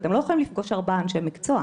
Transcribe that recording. אתם לא יכולים לפגוש ארבעה אנשי מקצוע.